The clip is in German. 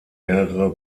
mehrere